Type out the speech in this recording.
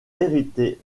hériter